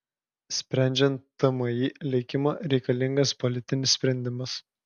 sprendžiant tmi likimą reikalingas politinis sprendimas